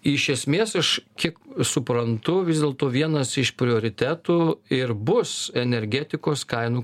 iš esmės aš kiek suprantu vis dėlto vienas iš prioritetų ir bus energetikos kainų